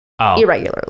irregularly